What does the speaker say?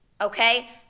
okay